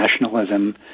nationalism